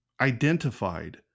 identified